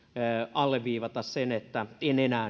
alleviivata sen että en enää